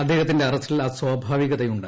അദ്ദേഹത്തിന്റെ അറസ്റ്റിൽ അസ്വാഭാവികതയുണ്ട്